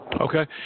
Okay